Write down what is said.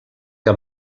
que